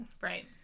Right